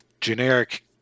generic